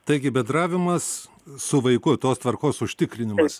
taigi bendravimas su vaiku tos tvarkos užtikrinimas